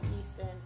Eastern